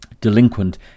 delinquent